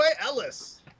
Ellis